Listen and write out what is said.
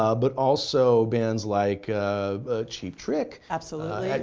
ah but also bands like cheap trick. absolutely.